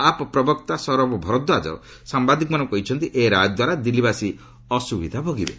app ପ୍ରବକ୍ତା ସୌରଭ ଭରଦ୍ୱାଜ ସାମ୍ଭାଦିକମାନଙ୍କୁ କହିଛନ୍ତି ଏହି ରାୟ ଦ୍ୱାରା ଦିଲ୍ଲୀବାସୀ ଅସୁବିଧା ଭୋଗିବେ